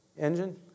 engine